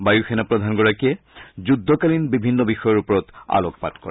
বায়ু সেনা প্ৰধান গৰাকীয়ে যুদ্ধকালীন বিভিন্ন বিষয়ৰ ওপৰত আলোকপাত কৰে